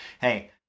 hey